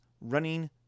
running